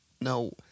no